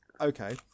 Okay